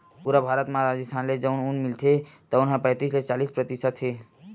पूरा भारत म राजिस्थान ले जउन ऊन मिलथे तउन ह पैतीस ले चालीस परतिसत हे